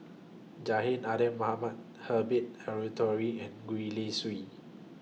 Abidin Ahmad Herbert Eleuterio and Gwee Li Sui